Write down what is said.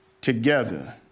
together